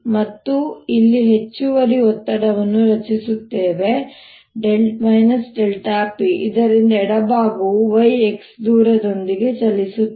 ಮತ್ತು ನಾವು ಇಲ್ಲಿ ಹೆಚ್ಚುವರಿ ಒತ್ತಡವನ್ನು ರಚಿಸುತ್ತೇವೆ p ಇದರಿಂದ ಎಡಭಾಗವು y x ದೂರದಿಂದ ಚಲಿಸುತ್ತದೆ